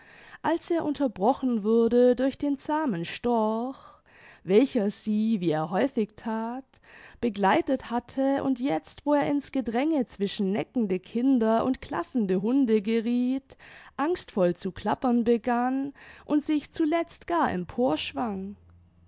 als er unterbrochen wurde durch den zahmen storch welcher sie wie er häufig that begleitet hatte und jetzt wo er in's gedränge zwischen neckende kinder und klaffende hunde gerieth angstvoll zu klappern begann und sich zuletzt gar empor